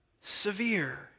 Severe